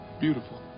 beautiful